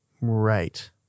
Right